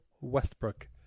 Westbrook